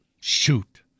shoot